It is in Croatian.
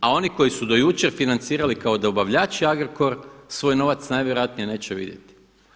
A oni koji su do jučer financirali kao dobavljači Agrokor svoj novac najvjerojatnije neće vidjeti.